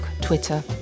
Twitter